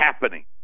happening